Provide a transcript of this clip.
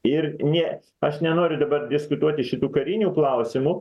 ir ne aš nenoriu dabar diskutuoti šitų karinių klausimų